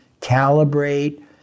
calibrate